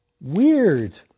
weird